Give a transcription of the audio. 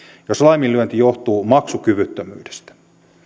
jos laiminlyönti johtuu maksukyvyttömyydestä